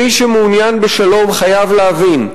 מי שמעוניין בשלום חייב להבין: